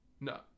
no